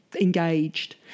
engaged